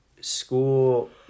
school